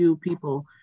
people